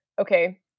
okay